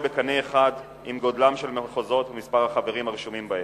בקנה אחד עם גודלם של המחוזות ומספר החברים הרשומים בהם.